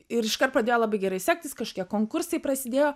ir iškart pradėjo labai gerai sektis kažkokie konkursai prasidėjo